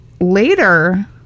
later